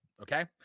okay